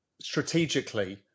strategically